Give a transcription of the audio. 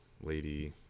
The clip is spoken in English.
lady